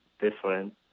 different